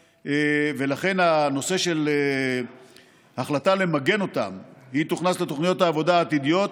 לכן ההחלטה למגן אותם תוכנס לתוכניות העבודה העתידיות,